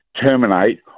terminate